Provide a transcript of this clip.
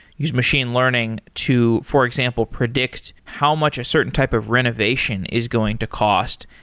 use machine learning to, for example, predict how much a certain type of renovation is going to cost.